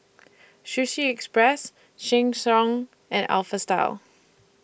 Sushi Express Sheng Siong and Alpha Style